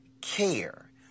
care